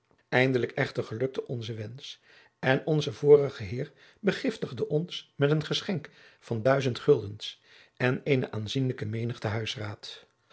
eindelijk echter gelukte onze wensch en onze vorige heer begiftigde ons met een geschenk van duizend guldens en eene aanzienlijke menigte